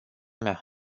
mea